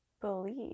believe